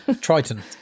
triton